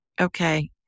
Okay